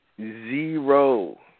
Zero